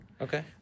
Okay